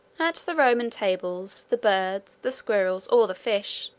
at the roman tables, the birds, the squirrels, or the fish,